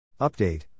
Update